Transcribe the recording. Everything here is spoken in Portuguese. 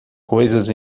coisas